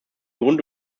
grund